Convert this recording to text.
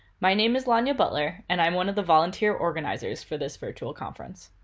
my name is lanya butler, and i'm one of the volunteer organizers for this virtual conference.